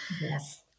Yes